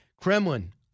Kremlin